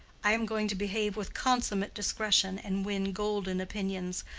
i am going to behave with consummate discretion and win golden opinions,